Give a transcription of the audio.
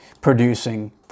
producing